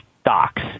stocks